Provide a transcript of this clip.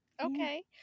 Okay